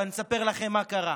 ואני אספר לכם מה קרה: